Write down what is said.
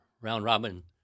round-robin